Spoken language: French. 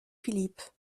philippe